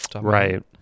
Right